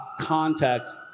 context